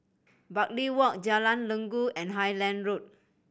Bartley Walk Jalan Inggu and Highland Road